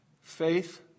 Faith